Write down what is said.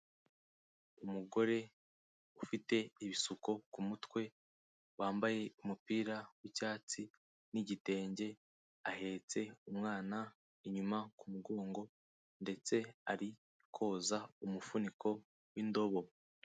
Umugore ufite ibisuko ku mutwe, wambaye umupira w'icyatsi n'igitenge, ahetse umwana inyuma ku mugongo ndetse ari koza umufuniko wi'ndobo.